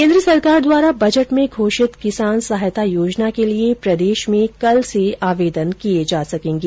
केन्द्र सरकार द्वारा बजट में घोषित किसान सहायता योजना के लिए प्रदेश में कल से आवेदन किए जा सकेंगे